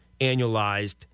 annualized